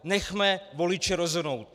Nechme voliče rozhodnout.